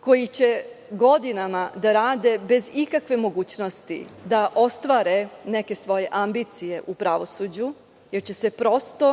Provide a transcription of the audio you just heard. koji će godinama da rade bez ikakve mogućnosti da ostvare neke svoje ambicije u pravosuđu, jer će se prosto